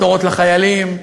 בשורות לחיילים,